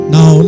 Now